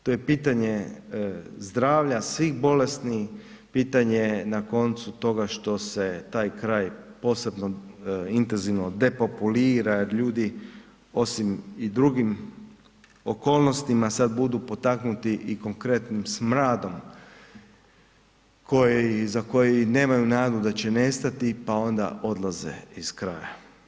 To je pitanje zdravlja svih bolesnih, pitanje na koncu toga što se taj kraj posebno intenzivno depopulira jer ljudi osim i drugim okolnostima sad budu potaknuti i konkretnim smradom za koji nemaju nadu da će nestati, pa onda odlaze iz kraja.